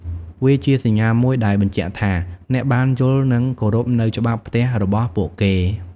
វាជាសញ្ញាមួយដែលបញ្ជាក់ថា អ្នកបានយល់និងគោរពនូវច្បាប់ផ្ទះរបស់ពួកគេ។